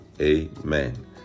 Amen